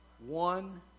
One